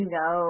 no